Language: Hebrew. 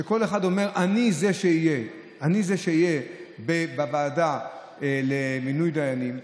שכל אחד אומר: אני זה שיהיה בוועדה למינוי דיינים.